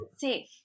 Safe